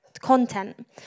content